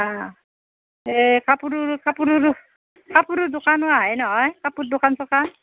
এ কাপোৰুৰু কাপোৰুৰু কাপোৰুৰ দোকানো আহেই নহয় কাপোৰ দোকান চোকান